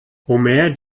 homer